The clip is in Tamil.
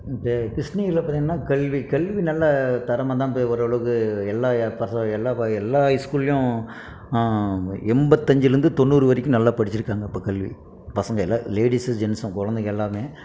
இப்போ கிருஷ்ணகிரியில் பார்த்திங்கன்னா கல்வி கல்வி நல்ல தரமாக தான் இப்போது ஓரளவுக்கு எல்லா எல்லா ஹைய் ஸ்கூல்லேயும் எண்பத்தி அஞ்சுலருந்து தொண்ணூறு வரைக்கும் நல்லா படிச்சிருக்காங்க இப்ப கல்வி பசங்க எல்லாம் லேடிஸு ஜென்ஸும் குழந்தைங்க எல்லாம்